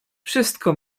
wszystko